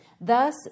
Thus